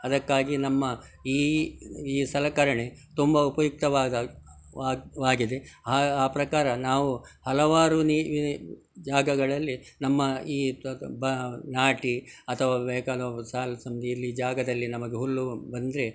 ಅದಕ್ಕಾಗಿ ನಮ್ಮ ಈ ಈ ಸಲಕರಣೆ ತುಂಬ ಉಪಯುಕ್ತವಾದಾಗ ವಾಗ್ ಆಗಿದೆ ಆ ಆ ಪ್ರಕಾರ ನಾವು ಹಲವಾರು ಜಾಗಗಳಲ್ಲಿ ನಮ್ಮ ಈ ನಾಟಿ ಅಥವಾ ವೇಕಲ್ ಹೋಗೋ ಸಾಲು ಸಂದಿಯಲ್ಲಿ ಜಾಗದಲ್ಲಿ ನಮಗೆ ಹುಲ್ಲು ಬಂದರೆ